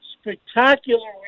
spectacular